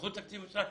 מחוץ לתקציב המשרד,